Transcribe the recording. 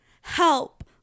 Help